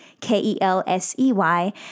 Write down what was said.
K-E-L-S-E-Y